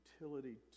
utility